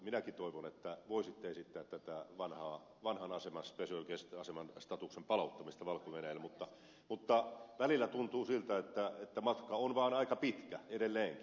minäkin toivon että voisitte esittää tätä vanhan aseman special guest statuksen palauttamista valko venäjälle mutta välillä tuntuu siltä että matka on vaan aika pitkä edelleenkin